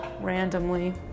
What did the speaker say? randomly